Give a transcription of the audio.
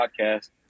podcast